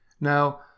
Now